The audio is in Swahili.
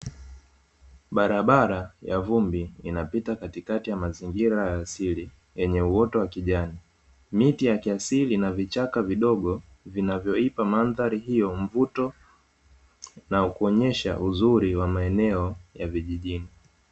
Barabara ya vumbi inapita katikati ya mazingira ya asili yenye uoto wa kijani, miti ya kiasili na vichaka vidogo vinavyoipa mandhari hiyo mvuto na kuonyesha uzuri wa maeneo ya vijijini.